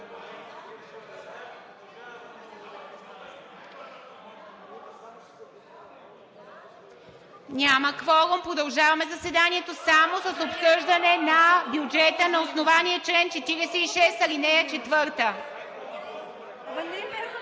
Няма кворум, продължаваме заседанието само с обсъждане на бюджета на основание чл. 46, ал. 4.